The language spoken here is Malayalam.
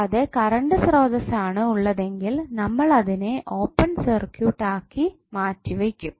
കൂടാതെ കറണ്ട് സ്രോതസ്സ് ആണ് ഉള്ളതെങ്കിൽ നമ്മൾ അതിനെ ഓപ്പൺ സർക്യൂട്ട് ആക്കി മാറ്റി വയ്ക്കും